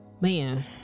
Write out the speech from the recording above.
man